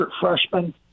freshman